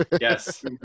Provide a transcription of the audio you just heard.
yes